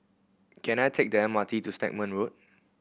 can I take the M R T to Stagmont Road